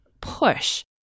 push